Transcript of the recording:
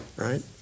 Right